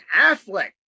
Affleck